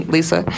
Lisa